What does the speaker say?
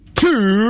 two